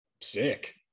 sick